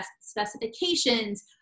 specifications